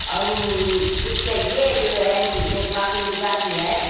और कुछ चाहिए जो है मेरे पास मुर्ग़ा भी है